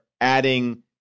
adding